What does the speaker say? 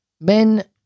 Men